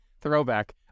throwback